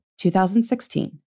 2016